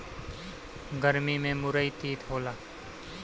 गरमी में मुरई तीत होला